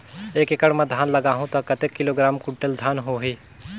एक एकड़ मां धान लगाहु ता कतेक किलोग्राम कुंटल धान होही?